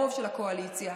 הרוב בקואליציה.